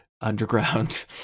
underground